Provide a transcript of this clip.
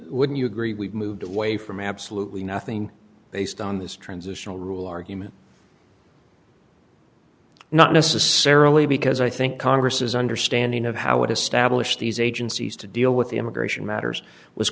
would you agree we've moved away from absolutely nothing based on this transitional rule argument not necessarily because i think congress's understanding of how it established these agencies to deal with the immigration matters was